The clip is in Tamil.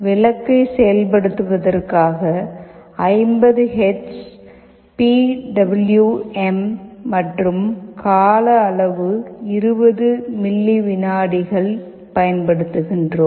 விளக்கை செயல்படுத்துவதற்காக 50 ஹெர்ட்ஸ் பி டபிள்யு எம் மற்றும் கால அளவு 20 மில்லி வினாடிகள் பயன்படுத்துகிறோம்